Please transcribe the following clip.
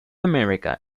america